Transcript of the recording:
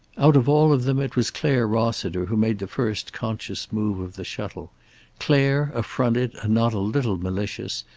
out of all of them it was clare rossiter who made the first conscious move of the shuttle clare, affronted and not a little malicious,